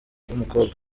w’umukobwa